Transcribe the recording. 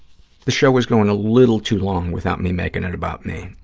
the show is going a little too long without me making it about me,